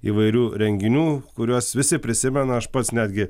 įvairių renginių kuriuos visi prisimena aš pats netgi